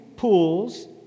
Pools